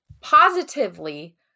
positively